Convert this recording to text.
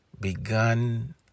begun